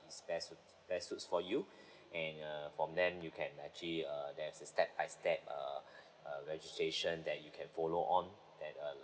best suit best suits for you and uh from then you can actually uh there's a step by step uh uh registration that you can follow on that err